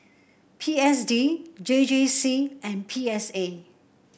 P S D J J C and P S A